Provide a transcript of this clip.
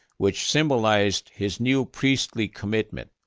which symbolized his new priestly commitment.